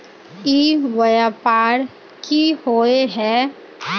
ई व्यापार की होय है?